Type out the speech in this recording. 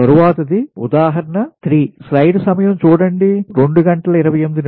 తరువాత ది ఉదాహరణ 3